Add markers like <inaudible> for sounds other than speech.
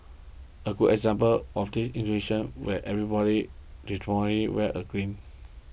a good example of the institution where everybody <unintelligible> wears a green